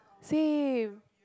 same